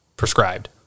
prescribed